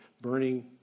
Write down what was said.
burning